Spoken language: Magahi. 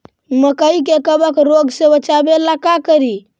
मकई के कबक रोग से बचाबे ला का करि?